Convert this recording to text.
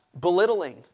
belittling